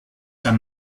han